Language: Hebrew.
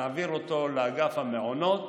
נעביר אותו לאגף המעונות